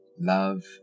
love